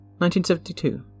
1972